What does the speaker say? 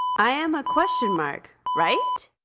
i am a question mark, right?